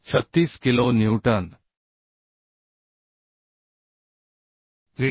36 kilo newton tdg